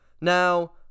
now